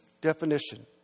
definition